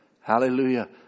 Hallelujah